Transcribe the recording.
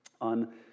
on